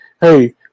hey